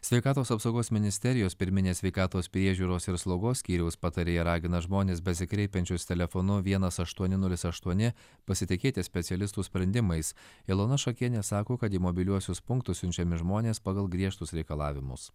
sveikatos apsaugos ministerijos pirminės sveikatos priežiūros ir slaugos skyriaus patarėja ragina žmones besikreipiančius telefonu vienas aštuoni nulis aštuoni pasitikėti specialistų sprendimais ilona šakienė sako kad į mobiliuosius punktus siunčiami žmonės pagal griežtus reikalavimus